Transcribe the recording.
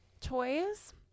toys